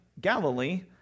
Galilee